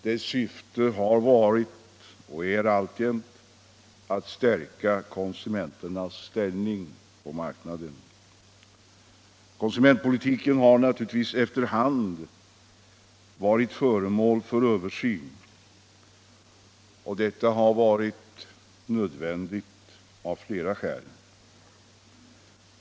Dess syfte har varit och är alltjämt att stärka konsumenternas ställning på marknaden. Konsumentpolitiken har naturligtvis efter hand varit föremål för översyn. Detta har varit nödvändigt av flera skäl.